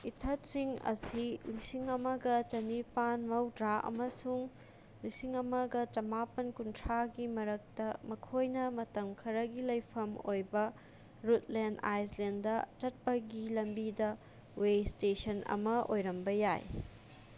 ꯏꯊꯠꯁꯤꯡ ꯑꯁꯤ ꯂꯤꯁꯤꯡ ꯑꯃꯒ ꯆꯥꯅꯤꯄꯥꯜ ꯃꯧꯗ꯭ꯔꯥ ꯑꯃꯁꯨꯡ ꯂꯤꯁꯤꯡ ꯑꯃꯒ ꯆꯥꯃꯥꯄꯜ ꯀꯨꯟꯊ꯭ꯔꯥꯒꯤ ꯃꯔꯛꯇ ꯃꯈꯣꯏꯅ ꯃꯇꯝ ꯈꯔꯒꯤ ꯂꯩꯐꯝ ꯑꯃ ꯑꯣꯏꯕ ꯔꯨꯠꯂꯦꯟ ꯑꯥꯏꯁꯂꯦꯟꯗ ꯆꯠꯄꯒꯤ ꯂꯝꯕꯤꯗ ꯋꯦ ꯏꯁꯇꯦꯁꯟ ꯑꯃ ꯑꯣꯏꯔꯝꯕ ꯌꯥꯏ